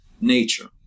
nature